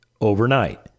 overnight